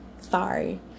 sorry